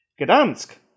Gdansk